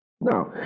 Now